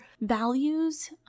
values